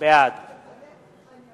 בעד